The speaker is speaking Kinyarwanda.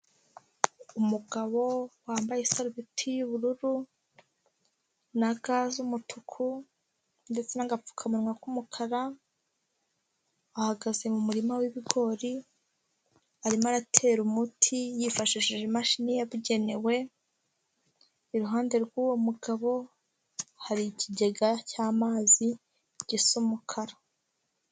Umugabo wambaye isarubeti y'ubururu na ga z'umutuku ndetse n'agapfukamunwa k'umukara, ahahagaze mu muririma w'ibigori arimo aratera umuti yifashishije imashini yabugenewe, iruhande rw'uwo mugabo hari ikigega cy'amazi gisa umukara.